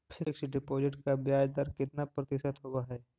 Fix deposit का ब्याज दर कितना प्रतिशत होब है?